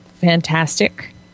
fantastic